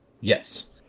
yes